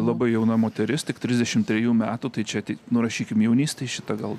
labai jauna moteris tik trisdešim trejų metų tai čia tik nurašykim jaunystei šitą gal